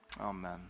Amen